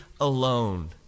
alone